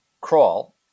crawl